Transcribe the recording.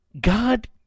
God